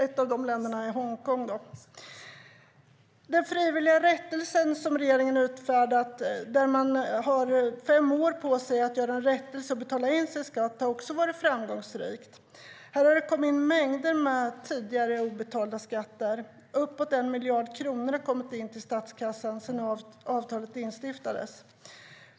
Ett av dem är Hongkong. Den frivilliga rättelse som regeringen har infört - man har fem år på sig att göra en rättelse och betala in sin skatt - har också varit framgångsrik. Det har kommit in mängder med tidigare obetalda skatter. Uppåt 1 miljard kronor har kommit in till statskassan sedan detta infördes.